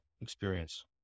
experience